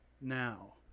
now